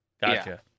Gotcha